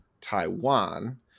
Taiwan